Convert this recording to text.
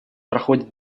проходит